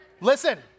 listen